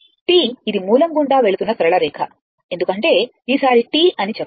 T ఇది మూలం గుండా వెళుతున్న సరళ రేఖ ఎందుకంటే ఈసారి T అని చెప్పండి